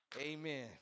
Amen